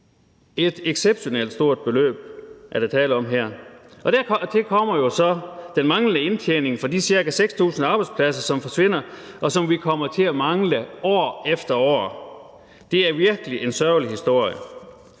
et exceptionelt stort beløb. Dertil kommer så den manglende indtjening fra de cirka 6.000 arbejdspladser, som forsvinder, og som vi kommer til at mangle år efter år. Det er virkelig en sørgelig historie.